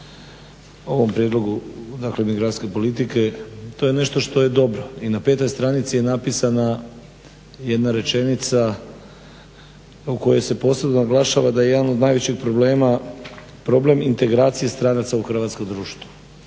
ovom prijedlogu dakle migracijske politike to je nešto što je dobro. I na petoj stranici je napisana jedna rečenica u kojoj se posebno naglašava da je jedan od najvećih problema problem integracije stranaca u hrvatsko društvo.